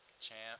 champ